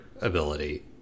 ability